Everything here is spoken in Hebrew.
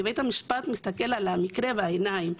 כי בית המשפט מסתכל על המקרה בעיניים,